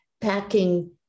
packing